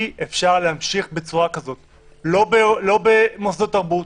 אי-אפשר להמשיך ככה - לא במוסדות תרבות,